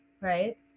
Right